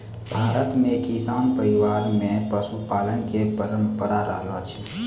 भारत मॅ किसान परिवार मॅ पशुपालन के परंपरा रहलो छै